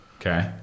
Okay